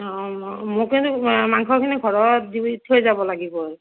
অ' মোক এনে মাংসখিনি ঘৰত দি থৈ যাব লাগিব